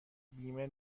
بیمه